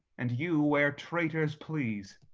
and you where traitors please.